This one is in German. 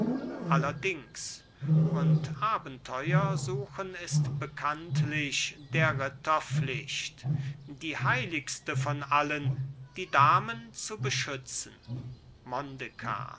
allerdings und abenteuer suchen ist bekanntlich der ritter pflicht die heiligste von allen die damen zu beschützen